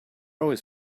always